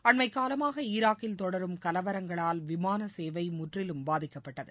அண்மைக் கூலமாக ஈராக்கில் தொடரும் கலவரங்களால் விமான சேவை முற்றிலும் பாதிக்கப்பட்டது